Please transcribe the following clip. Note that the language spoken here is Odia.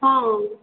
ହଁ